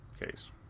case